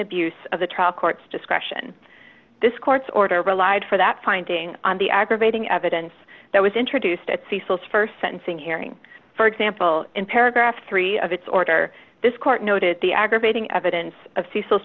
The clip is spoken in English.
abuse of the trial court's discretion this court's order relied for that finding on the aggravating evidence that was introduced at cecil's st sentencing hearing for example in paragraph three of its order this court noted the aggravating evidence of